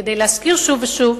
כדי להזכיר שוב ושוב,